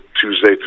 Tuesday